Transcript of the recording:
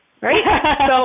Right